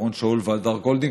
אורון שאול והדר גולדין.